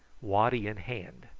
waddy in hand.